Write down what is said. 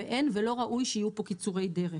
ואין ולא ראוי שיהיו פה קיצורי דרך.